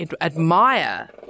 admire